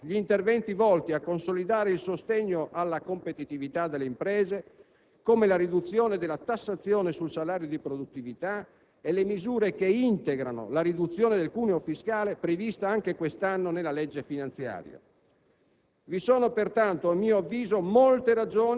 Meritano, infine, precisa attenzione gli interventi volti a consolidare il sostegno alla competitività delle imprese, come la riduzione della tassazione sul salario di produttività e le misure che integrano la riduzione del cuneo fiscale, prevista anche quest'anno nella legge finanziaria.